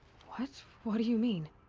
what? what do you mean?